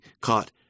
caught